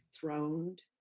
throned